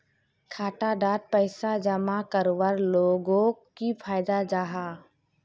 खाता डात पैसा जमा करवार लोगोक की फायदा जाहा?